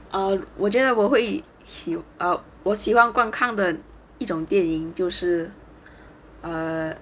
err 我觉得我会 err 我希望观看的一种电影就是 err